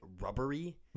rubbery